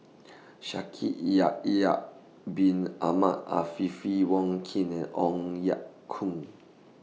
Shaikh Bin Ahmed Afifi Wong Keen and Ong Ye Kung